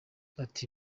ati